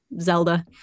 Zelda